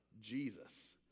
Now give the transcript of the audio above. Jesus